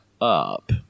up